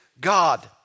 God